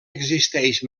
existeix